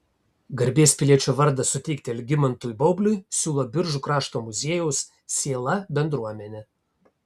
garbės piliečio vardą suteikti algimantui baubliui siūlo biržų krašto muziejaus sėla bendruomenė